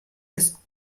ist